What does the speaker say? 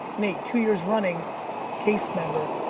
nate, two years running case member,